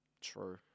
True